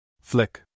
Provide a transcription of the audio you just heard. Flick